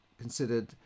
considered